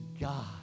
God